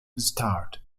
start